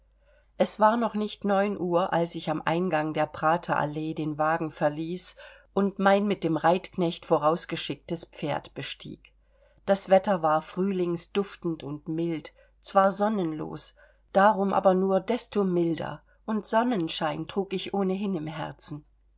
es war noch nicht neun uhr als ich am eingang der praterallee den wagen verließ und mein mit dem reitknecht vorausgeschicktes pferd bestieg das wetter war frühlingsduftend und mild zwar sonnenlos darum aber nur desto milder und sonnenschein trug ich ohnehin im herzen